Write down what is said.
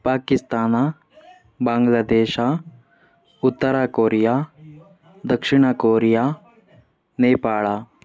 ಪಾಕಿಸ್ತಾನ ಬಾಂಗ್ಲಾದೇಶ ಉತ್ತರ ಕೋರಿಯ ದಕ್ಷಿಣ ಕೋರಿಯ ನೇಪಾಳ